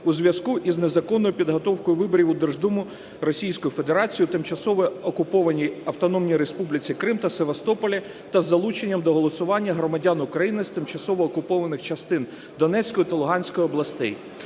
у зв’язку із незаконною підготовкою виборів у Держдуму Російської Федерації у тимчасово окупованій Автономній Республіці Крим та Севастополі та з залученням до голосування громадян України з тимчасово окупованих частин Донецької та Луганської областей.